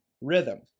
rhythm